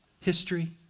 history